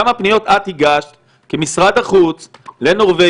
כמה פניות את הגשת כמשרד החוץ לנורבגיה,